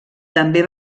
també